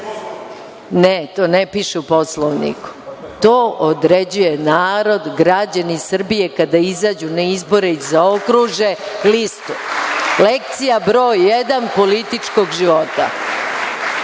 ne piše u Poslovniku. To određuje narod, građani Srbije, kada izađu na izbore i zaokruže listu. Lekcija broj 1. političkog života,